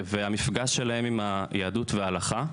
והמפגש שלהם עם היהדות וההלכה,